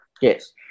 Yes